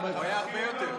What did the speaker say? הוא היה הרבה יותר.